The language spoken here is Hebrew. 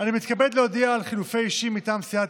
אני מתכבד להודיע על חילופי אישים מטעם סיעת